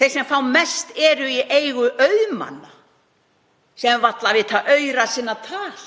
þeir sem fá mest, eru í eigu auðmanna sem vita varla aura sinna tal.